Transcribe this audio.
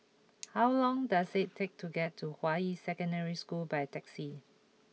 how long does it take to get to Hua Yi Secondary School by taxi